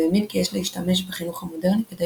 והאמין כי יש להשתמש בחינוך המודרני כדי